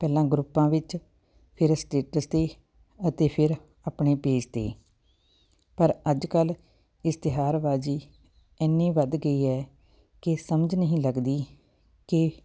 ਪਹਿਲਾਂ ਗਰੁੱਪਾਂ ਵਿੱਚ ਫਿਰ ਸਟੇਟਸ ਦੀ ਅਤੇ ਫਿਰ ਆਪਣੇ ਪੇਜ 'ਤੇ ਪਰ ਅੱਜ ਕੱਲ੍ਹ ਇਸ਼ਤਿਹਾਰਬਾਜ਼ੀ ਇੰਨੀ ਵੱਧ ਗਈ ਹੈ ਕਿ ਸਮਝ ਨਹੀਂ ਲੱਗਦੀ ਕਿ